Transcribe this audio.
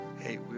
hey